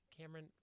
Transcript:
Cameron